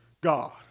God